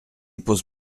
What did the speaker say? pose